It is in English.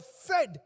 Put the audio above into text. fed